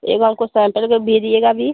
एक बार हमको सैम्पल का भेजिएगा अभी